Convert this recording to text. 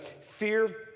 Fear